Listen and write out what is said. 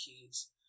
kids